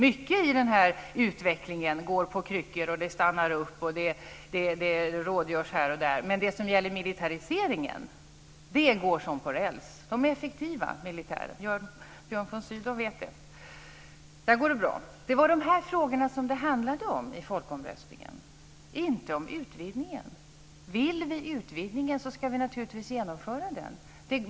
Mycket i utvecklingen går på kryckor, det stannas upp och det rådgörs här och där, men militariseringen går som på räls. Militärerna är effektiva, det vet Björn von Sydow. Det var dessa frågor som det handlade om i folkomröstningen, inte om utvidgningen. Vill vi ha en utvidgning ska vi naturligtvis genomföra en sådan.